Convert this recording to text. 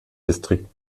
distrikt